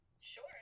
Sure